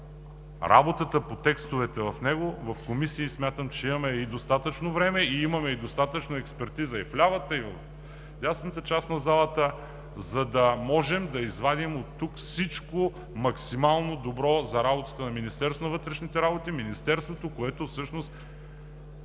работата по текстовете в комисиите смятам, че имаме и достатъчно време, имаме и достатъчно експертиза и в лявата, и в дясната част на залата, за да можем да извадим оттук всичко максимално добро за работата на Министерството на вътрешните работи. Министерството, което всъщност